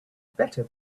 better